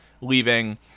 leaving